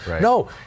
No